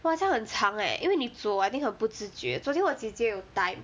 !wah! 这样很长 leh 因为你走 I think 很不自觉昨天我姐姐有 time